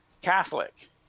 Catholic